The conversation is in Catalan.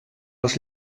les